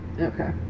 Okay